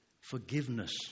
forgiveness